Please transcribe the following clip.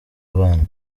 abana